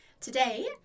Today